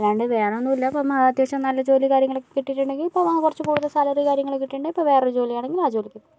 അല്ലാണ്ട് വേറെ ഒന്നൂല്ല അപ്പം അത്യാവശ്യം നല്ല ജോലി കാര്യങ്ങളൊക്കെ കിട്ടീട്ടുണ്ടെങ്കിൽ ഇപ്പോൾ ആ കുറച്ചു കൂടുതല് സാലറി കാര്യങ്ങളൊക്കെ കിട്ടീട്ടൊണ്ടെങ്കിൽ വേറെ ജോലിയാണെങ്കിൽ ആ ജോലിക്ക് പോകും